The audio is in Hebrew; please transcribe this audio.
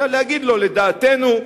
אלא להגיד לו: לדעתנו,